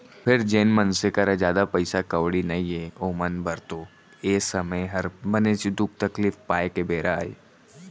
फेर जेन मनसे करा जादा पइसा कउड़ी नइये ओमन बर तो ए समे हर बनेच दुख तकलीफ पाए के बेरा अय